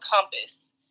compass